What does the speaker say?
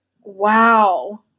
Wow